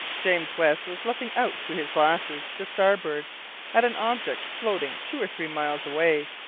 james west was looking out through his glasses to starboard at an object floating two or three miles away,